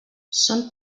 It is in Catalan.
són